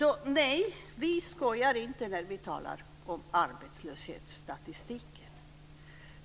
Nej, vi skojar inte när vi talar om arbetslöshetsstatistiken.